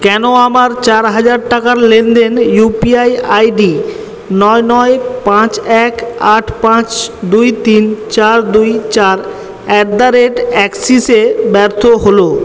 কেন আমার চার হাজার টাকার লেনদেন ইউপিআই আইডি নয় নয় পাঁচ এক আট পাঁচ দুই তিন চার দুই চার অ্যাট দা রেট অ্যাক্সিসে ব্যর্থ হলো